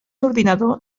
ordinador